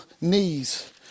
knees